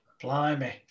Blimey